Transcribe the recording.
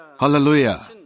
Hallelujah